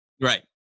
Right